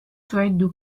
تعد